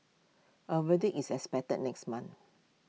A verdict is expected next month